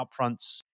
upfronts